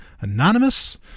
anonymous